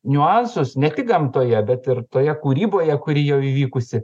niuansus ne tik gamtoje bet ir toje kūryboje kuri jau įvykusi